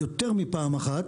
יותר מפעם אחת,